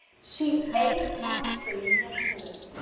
she ate ice cream yesterday